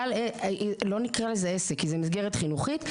לא נקרא לזה עסק, כי זה מסגרת חינוכית.